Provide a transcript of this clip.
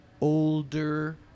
older